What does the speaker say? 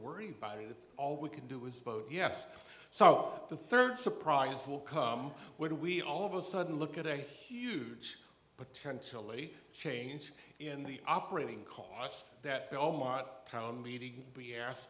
worry about it all we can do is vote yes so the third surprise will come when we all of a sudden look at the huge potentially change in the operating cost that all mot town meeting be asked